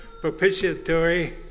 propitiatory